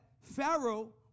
Pharaoh